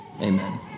Amen